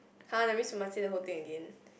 !huh! that means we must say the whole thing again